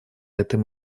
этом